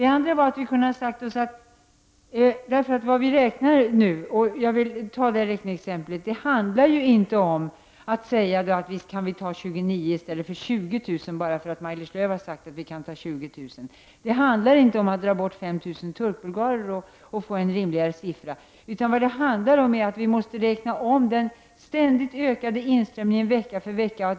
Jag vill gärna ta ett räkneexempel. Det handlar inte om att säga att vi visst kan vi ta emot 29 000 i stället för 20 000, bara för att Maj-Lis Lööw har sagt att vi kan ta 20 000. Det handlar inte om att dra bort 5 000 turkbulgarer och få en rimligare siffra, utan vad det handlar om är att vi måste ta hänsyn till den ständigt ökade tillströmningen vecka för vecka.